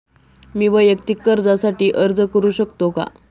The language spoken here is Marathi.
मी वैयक्तिक कर्जासाठी अर्ज करू शकतो का?